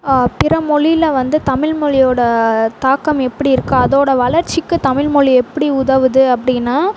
பிற மொழியில வந்து தமிழ் மொழியோட தாக்கம் எப்படி இருக்கோ அதோடய வளர்ச்சிக்கு தமிழ் மொழி எப்படி உதவுது அப்படின்னா